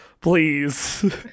Please